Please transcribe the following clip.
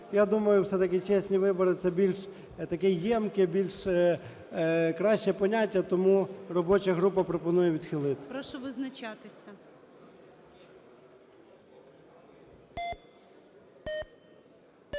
Я думаю, все-таки, "чесні вибори" – це більш таке ємке, більш краще поняття, тому робоча група пропонує відхилити. ГОЛОВУЮЧИЙ. Прошу визначатися.